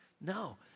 No